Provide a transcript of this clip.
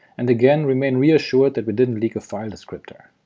and again remain reassured that we didn't leak a file descriptor.